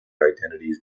identities